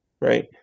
right